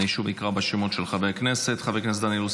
אני שוב אקרא בשמות חברי הכנסת: חבר הכנסת דן אילוז,